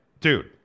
dude